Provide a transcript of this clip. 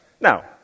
Now